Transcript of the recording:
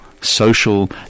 social